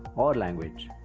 or language.